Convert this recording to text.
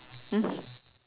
mm